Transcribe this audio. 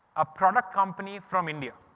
a product company from india.